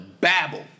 babble